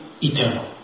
eternal